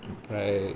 ओमफ्राय